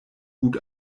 gut